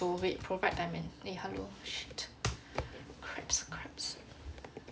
oh wait provide dimen~ eh hello shit craps craps